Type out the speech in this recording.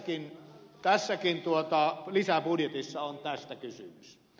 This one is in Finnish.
juuri tässäkin lisäbudjetissa on tästä kysymys